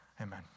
Amen